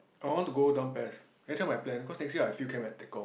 I want to go down pes every time I plan cause next year I field camp at Tekong